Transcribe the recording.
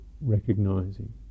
recognizing